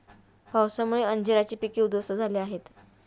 पावसामुळे अंजीराची पिके उध्वस्त झाली आहेत